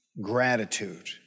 Gratitude